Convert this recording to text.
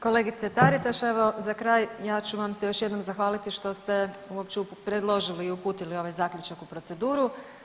Kolegice Taritaš, evo za kraj, ja ću vam se još jednom zahvaliti što ste uopće predložili i uputili ovaj Zaključak i proceduru.